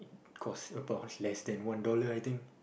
cost about less than one dollar I think